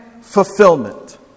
Fulfillment